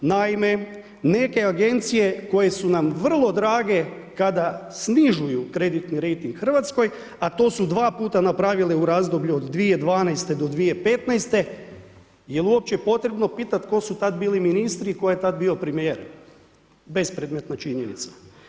Naime, neke agencije koje su nam vrlo drage kada snižuju kreditni rejting Hrvatskoj, a to su dva puta napravile u razdoblju od 2012. do 2015. jer uopće potrebno pitat tko su tad bili ministri i tko je tad bio premijer, bespredmetna činjenica.